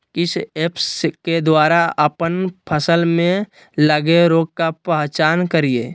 किस ऐप्स के द्वारा अप्पन फसल में लगे रोग का पहचान करिय?